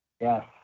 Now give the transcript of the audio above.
Yes